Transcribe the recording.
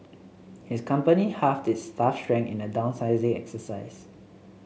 his company halved its staff strength in a downsizing exercise